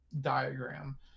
diagram